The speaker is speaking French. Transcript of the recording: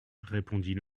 répondit